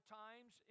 times